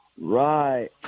Right